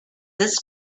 this